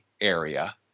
area